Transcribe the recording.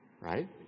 right